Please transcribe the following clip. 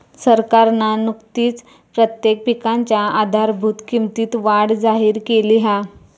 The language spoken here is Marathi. सरकारना नुकतीच कित्येक पिकांच्या आधारभूत किंमतीत वाढ जाहिर केली हा